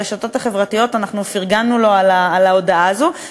לו ברשתות החברתיות על ההודעה הזאת,